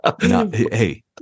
Hey